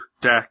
deck